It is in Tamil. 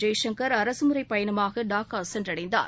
ஜெய்சங்கர் அரசுமுறைபயணமாகடாக்காசென்றடைந்தார்